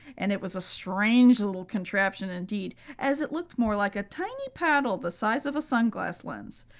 and it was a strange little contraption indeed, as it looked more like a tiny paddle the size of a sunglass lens.